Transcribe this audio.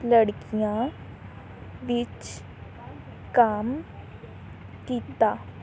ਲੜਕੀਆਂ ਵਿੱਚ ਕੰਮ ਕੀਤਾ